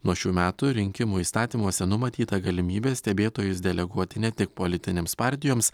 nuo šių metų rinkimų įstatymuose numatyta galimybė stebėtojus deleguoti ne tik politinėms partijoms